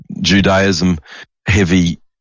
Judaism-heavy